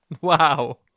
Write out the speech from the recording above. wow